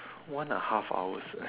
one and a half hours eh